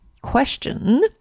Question